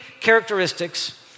characteristics